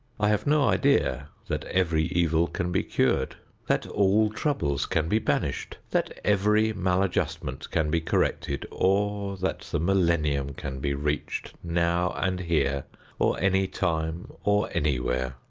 i have no idea that every evil can be cured that all trouble can be banished that every maladjustment can be corrected or that the millennium can be reached now and here or any time or anywhere.